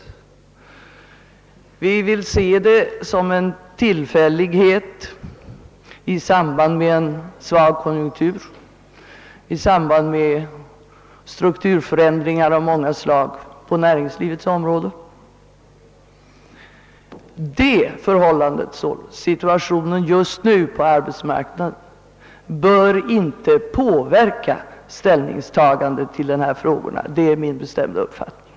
Vi vill se den som en tillfällighet i samband med en svag konjunktur och strukturförändringar av många slag på näringslivets område. Situationen just nu på arbetsmarknaden bör därför inte påverka ställningstagandet till dessa frågor om barntillsynen — det är min bestämda uppfattning.